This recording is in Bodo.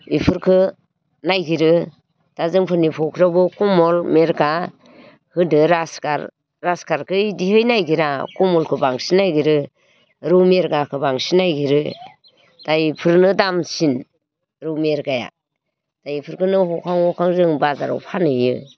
बिफोरखौ नायगिरो दा जोंफोरनि फख्रियावबो खमल मेरगा होदों ग्रासकार ग्रासरखौ बिदिहै नायगिरा खमलखौ बांसिन नायगिरो रौ मेरगाखौ बांसिन नागिरो दा बिफोरनो दामसिन रौ मेरगाया दा बिफोरखौनो हखां हखां जों बाजाराव फानहैयो